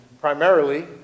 primarily